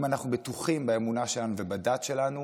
אם אנחנו בטוחים באמונה שלנו ובדת שלנו,